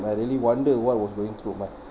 I really wonder what was going through my